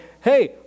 hey